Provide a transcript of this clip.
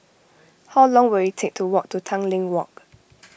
how long will it take to walk to Tanglin Walk